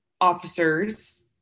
officers